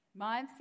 mindset